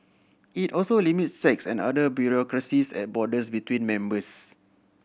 it also limits checks and other bureaucracies at borders between members